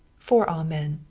for all men.